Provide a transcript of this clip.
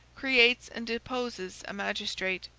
creates and deposes a magistrate,